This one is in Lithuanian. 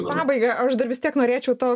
pabaigą aš dar vis tiek norėčiau to